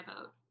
vote